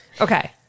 Okay